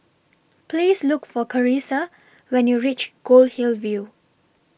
Please Look For Charissa when YOU REACH Goldhill View